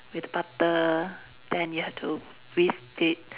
with the butter then you have to whisk it